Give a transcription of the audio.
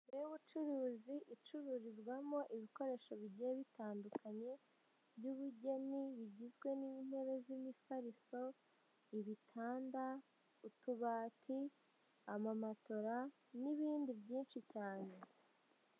Inzu y'ubucuruzi icururizwamo ibikoresho bigiye bitandukanye by'ubugeni, bigizwe n'intebe z'imifariso, ibitanda, utubati, amamatora n'ibindi byinshi cyane.